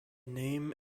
name